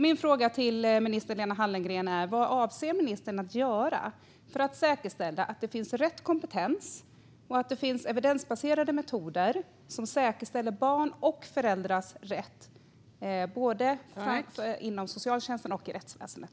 Min fråga till minister Lena Hallengren är: Vad avser ministern att göra för att säkerställa att rätt kompetens finns och att det finns evidensbaserade metoder som säkerställer barns och föräldrars rätt både inom socialtjänsten och i rättsväsendet?